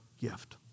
gift